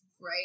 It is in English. right